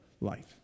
life